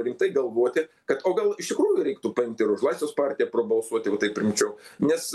rimtai galvoti kad o gal iš tikrųjų reiktų paimti ir už laisvės partiją prabalsuoti va taip rimčiau nes